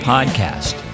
Podcast